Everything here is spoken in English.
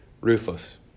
ruthless